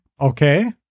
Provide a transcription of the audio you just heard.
Okay